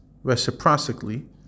Reciprocally